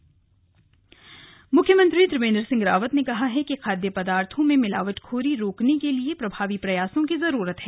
slug खाद्य सुरक्षा मुख्यमंत्री त्रिवेन्द्र सिंह रावत ने कहा है कि खाद्य पदार्थों में मिलावटखोरी को रोकने के लिए प्रभावी प्रयासों की जरूरत है